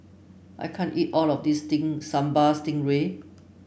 I can't eat all of this thing Sambal Stingray